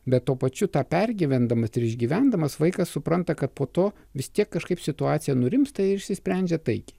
bet tuo pačiu tą pergyvendamas ir išgyvendamas vaikas supranta kad po to vis tiek kažkaip situacija nurimsta ir išsisprendžia taikiai